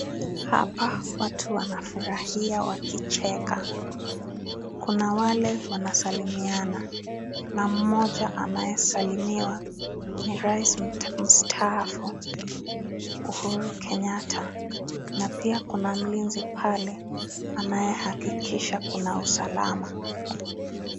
Hapa watu wanafurahia wakicheka, kuna wale wanasalimiana na mmoja anayesalimiwa ni Rais msitahafu Uhuru Kenyatta na pia kuna mlinzi pale anayehakikisha kuwa kuna usalama.